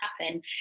happen